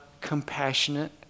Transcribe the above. compassionate